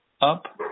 up